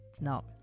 No